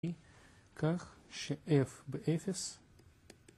כך ש-f ב-0